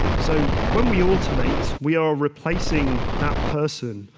so when we automate, we are replacing that person,